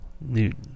Newton